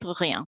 rien